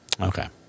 Okay